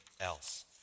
else